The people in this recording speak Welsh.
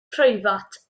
preifat